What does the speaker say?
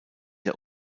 der